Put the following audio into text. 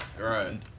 right